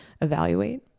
evaluate